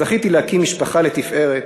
זכיתי להקים משפחה לתפארת,